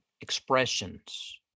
expressions